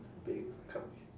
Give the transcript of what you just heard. big couch